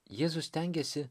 jėzus stengiasi